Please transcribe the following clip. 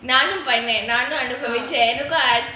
நானும் பண்ணேன் எனக்கும்:naanum pannaen enakkum